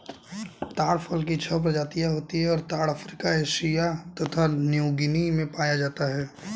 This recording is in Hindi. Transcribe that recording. ताड़ फल की छह प्रजातियाँ होती हैं और ताड़ अफ्रीका एशिया तथा न्यूगीनी में पाया जाता है